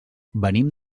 venim